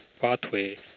pathway